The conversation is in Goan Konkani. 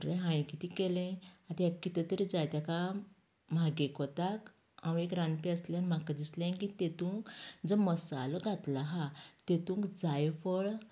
तर हाये कितें केले आता हेका कितें तरी जाय तेका म्हाजे कोताक हांव एक रांदपी आसले म्हाका दिसले की तेतूंत जो मसालो घातलो आहा तितूंत जायफळ